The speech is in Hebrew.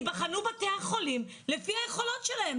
ייבחנו בתי החולים לפי היכולות שלהם.